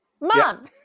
mom